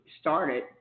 started